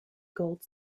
gold